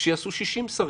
שיעשו 60 שרים,